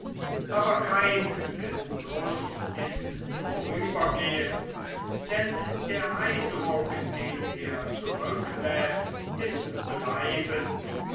aber kein genuß ist vorübergehend denn der eindruck den er zurückläßt ist bleibend